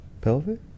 pelvic